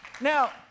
Now